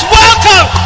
welcome